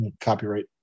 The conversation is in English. copyright